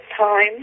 time